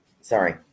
Sorry